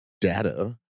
data